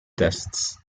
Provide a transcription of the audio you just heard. tests